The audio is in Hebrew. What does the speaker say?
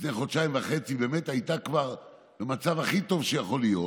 לפני חודשיים וחצי באמת הייתה במצב הכי טוב שיכול להיות,